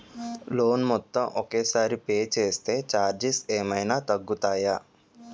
Loan మొత్తం ఒకే సారి పే చేస్తే ఛార్జీలు ఏమైనా తగ్గుతాయా?